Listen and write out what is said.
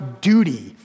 duty